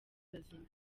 bazima